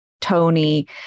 Tony